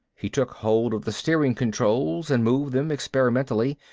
he took hold of the steering controls and moved them experimentally.